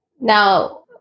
Now